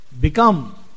become